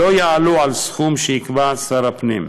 לא יעלו על סכום שיקבע שר הפנים.